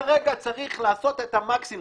כרגע צריך לעשות את המקסימום.